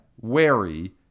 Wary